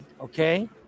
Okay